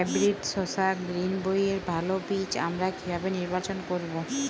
Hybrid শসা গ্রীনবইয়ের ভালো বীজ আমরা কিভাবে নির্বাচন করব?